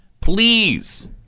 please